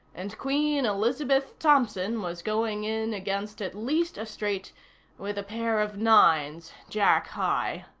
and queen elizabeth thompson was going in against at least a straight with a pair of nines, jack high.